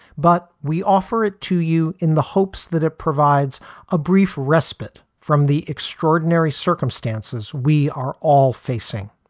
but we offer it to you in the hopes that it provides a brief respite from the extraordinary circumstances we are all facing.